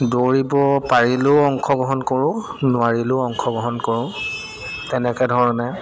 দৌৰিব পাৰিলেও অংশগ্ৰহণ কৰোঁ নোৱাৰিলেও অংশগ্ৰহণ কৰোঁ তেনেকে ধৰণে